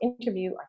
interview